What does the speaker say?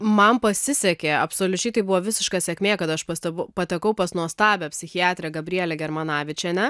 man pasisekė absoliučiai tai buvo visiška sėkmė kad aš pasteb patekau pas nuostabią psichiatrę gabrielė germanavičienė